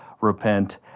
repent